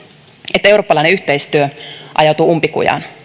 että eurooppalainen yhteistyö ajautuu umpikujaan